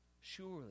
Surely